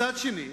מצד שני,